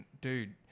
dude